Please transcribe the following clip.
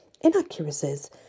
inaccuracies